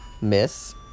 Miss